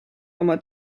oma